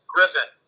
Griffin